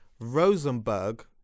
Rosenberg